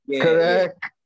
Correct